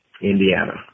Indiana